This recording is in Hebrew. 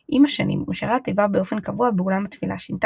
"אמר רבי יוחנן.